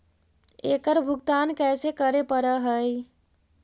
एकड़ भुगतान कैसे करे पड़हई?